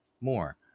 more